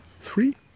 three